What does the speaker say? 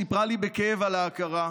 סיפרה לי בכאב על ההכרה,